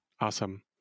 Awesome